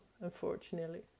unfortunately